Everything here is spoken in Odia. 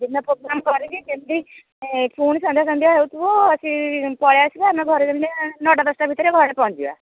ଦିନ ପ୍ରୋଗ୍ରାମ୍ କରିକି କେମିତି ଏ ପୁଣି ସନ୍ଧ୍ୟା ସନ୍ଧ୍ୟା ହେଉଥିବ ଆସି ପଳାଇ ଆସିବା ଆମେ ଘରେ ଯେମିତି ନଅଟା ଦଶଟା ଭିତରେ ଘରେ ପହଞ୍ଚିଯିବା